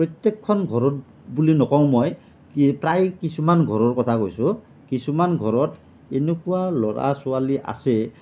প্ৰত্যেকখন ঘৰত বুলি নকওঁ মই কিন্তু প্ৰায় কিছুমান ঘৰৰ কথা কৈছোঁ কিছুমান ঘৰত এনেকুৱা ল'ৰা ছোৱালী আছে